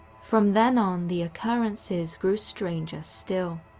from then, um the occurrences grew stranger still.